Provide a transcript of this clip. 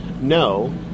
no